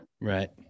Right